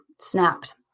snapped